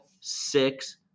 six